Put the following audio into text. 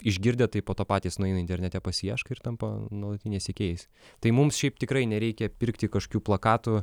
išgirdę tai po to patys nueina internete pasiieško ir tampa nuolatiniais sekėjais tai mums šiaip tikrai nereikia pirkti kažkių plakatų